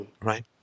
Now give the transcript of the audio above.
Right